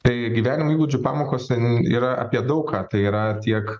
tai gyvenimo įgūdžių pamokos ten yra apie daug ką tai yra tiek